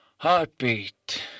Heartbeat